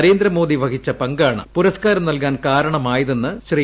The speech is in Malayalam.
നരേന്ദ്രമോദി വഹിച്ചു പങ്കാണ് പുരസ്കാരം നൽകാൻ കാരണമായതെന്ന് ശ്രീ